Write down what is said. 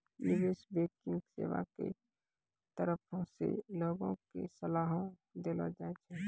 निबेश बैंकिग सेबा के तरफो से लोगो के सलाहो देलो जाय छै